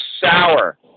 sour